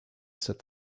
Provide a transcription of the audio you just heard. said